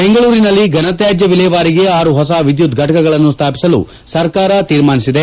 ಬೆಂಗಳೂರಿನಲ್ಲಿ ಫನತ್ಯಾಜ್ಯ ವಿಲೇವಾರಿಗೆ ಆರು ಹೊಸ ವಿದ್ಯುತ್ ಫೆಟಕಗಳನ್ನು ಸ್ವಾಪಿಸಲು ಸರ್ಕಾರ ತೀರ್ಮಾನಿಸಿದೆ